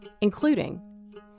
including